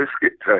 biscuit